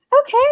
okay